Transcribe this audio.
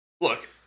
Look